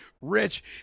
rich